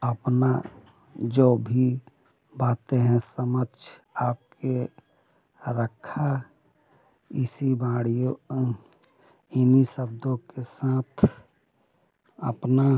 अपना जो भी बातें हैं समक्ष आपके रखा इसी बाड़ियों इन्हीं शब्दों के साथ अपना